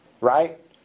right